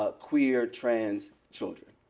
ah queer, trans children.